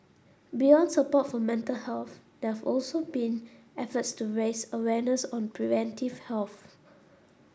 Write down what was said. beyond support for mental health there've also been efforts to raise awareness on preventive health